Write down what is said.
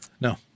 No